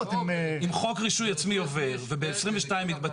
חוק רישוי עצמי רק ב-2022 יתבטל.